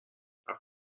وقتی